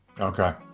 okay